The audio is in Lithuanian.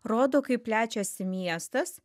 rodo kaip plečiasi miestas